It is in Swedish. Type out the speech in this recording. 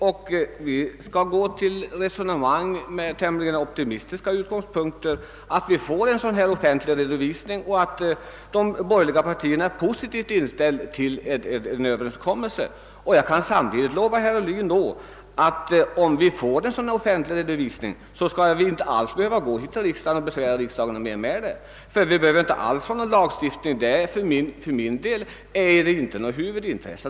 Och vi kommer att ta upp resonemangen med tämligen stor optimism efter den deklaration som här avgivits om att de borgerliga partierna är positivt inställda till en Ööverenskommelse. Jag kan samtidigt lova herr Ohlin att om det blir en sådan offentlig redovisning, så skall vi inte besvära riksdagen mera i frågan. Under sådana förhållanden behövs inte alls någon lagstiftning; lagstiftning på detta område är för mig inte alls något huvudintresse.